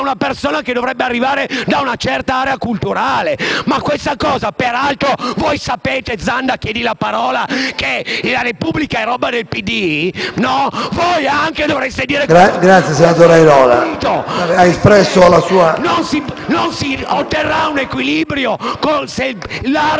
Grazie, senatore Airola,